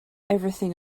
everything